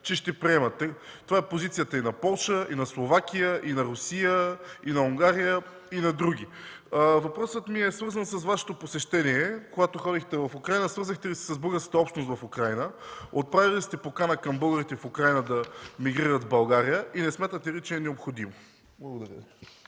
че ще приемат? Това е позицията и на Полша, и на Словакия, и на Русия, и на Унгария, и на други. Въпросът ми е свързан с Вашето посещение: когато ходихте в Украйна, свързахте ли се с българската общност в Украйна? Отправили ли сте покана към българите в Украйна да емигрират в България и не смятате ли, че е необходимо? Благодаря